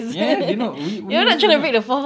ya ya they know we we also know